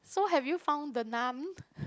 so have you found the Nun